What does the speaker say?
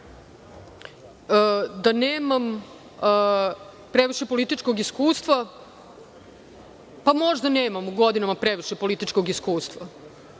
Da nemam previše političkog iskustva, pa možda nemam godinama previše političkog iskustva,